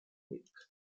week